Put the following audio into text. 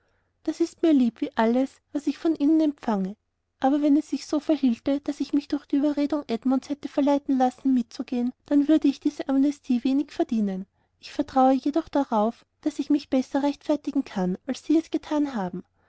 das ist mir lieb wie alles was ich von ihnen empfange aber wenn es sich so verhielte daß ich mich nur durch die überredung edmunds hätte verleiten lassen mitzugehen dann würde ich diese amnestie wenig verdienen ich vertraue jedoch darauf daß ich mich besser rechtfertigen kann als sie es getan haben